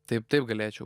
taip taip galėčiau